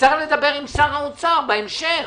נצטרך לדבר עם שר האוצר בהמשך,